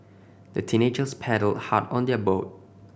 the teenagers paddled hard on their boat